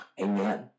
Amen